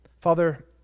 Father